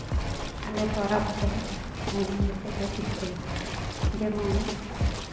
ᱟᱞᱮ ᱯᱚᱨᱚᱵᱽ ᱨᱮ ᱟᱭᱢᱟ ᱜᱚᱴᱮᱱ ᱞᱮ ᱯᱤᱴᱷᱟᱹᱭᱟ ᱡᱮᱢᱚᱱ